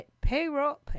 payroll